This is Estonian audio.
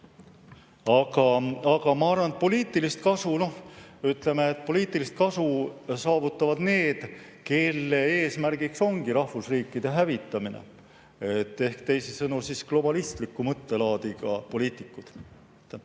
Aga ma arvan, et poliitilist kasu saavad need, kelle eesmärk ongi rahvusriikide hävitamine, ehk teisisõnu globalistliku mõttelaadiga poliitikud.